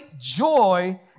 joy